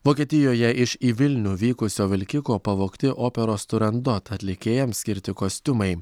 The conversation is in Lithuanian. vokietijoje iš į vilnių vykusio vilkiko pavogti operos turandot atlikėjams skirti kostiumai